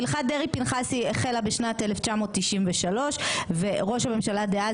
הלכת דרעי-פנחסי החלה בשנת 1993 וראש הממשלה דאז